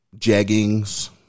Jeggings